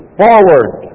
forward